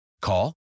Call